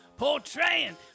portraying